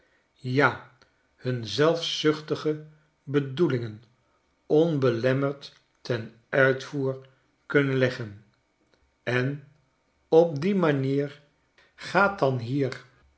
ja hun zelfzuchtige bedoelingen onbelemmerd ten uitvoer kunnen leggen en op die manier gaat dan hier